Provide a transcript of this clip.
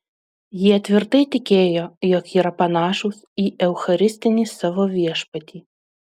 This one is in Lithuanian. jie tvirtai tikėjo jog yra panašūs į eucharistinį savo viešpatį